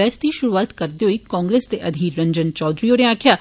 बहस दी शुरूआत करदे होई कांग्रेस दे अघीर रंजन चौघरी होरें आक्खेआ